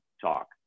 talk